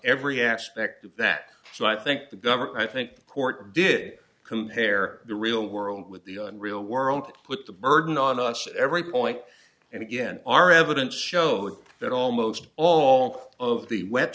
every aspect of that so i think the government i think the court did compare the real world with the real world that put the burden on us every point and again our evidence showed that almost all of the we